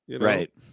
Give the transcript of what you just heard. Right